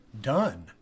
done